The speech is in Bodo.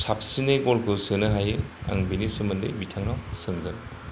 साबसिनै गल खौ सोनो हायो आं बेनि सोमोन्दै बिथांनाव सोंगोन